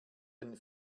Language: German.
den